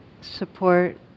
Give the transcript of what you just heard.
support